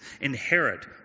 inherit